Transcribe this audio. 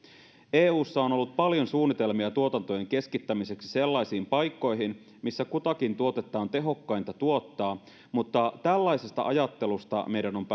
eussa on ollut paljon suunnitelmia tuotantojen keskittämiseksi sellaisiin paikkoihin missä kutakin tuotetta on tehokkainta tuottaa mutta tällaisesta ajattelusta meidän on